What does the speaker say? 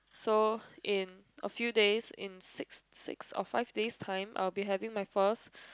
so in a few days in six six or five days time I will be having my first